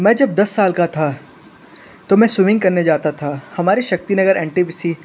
मैं जब दस साल का था तो मैं स्विमिंग करने जाता था हमारे शक्ति नगर एनटीपीसी